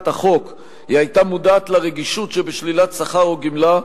החוק היא היתה מודעת לרגישות שבשלילת שכר או גמלה,